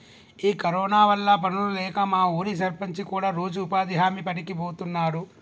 ఈ కరోనా వల్ల పనులు లేక మా ఊరి సర్పంచి కూడా రోజు ఉపాధి హామీ పనికి బోతున్నాడు